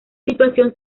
situación